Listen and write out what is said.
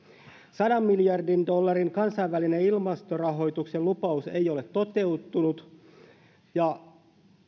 sadan miljardin dollarin kansainvälinen ilmastorahoituksen lupaus ei ole toteutunut ja